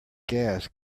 gas